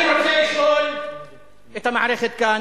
אני רוצה לשאול את המערכת כאן,